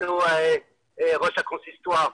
וידידנו ראש הקונסיסטואר.